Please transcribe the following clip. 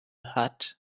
hat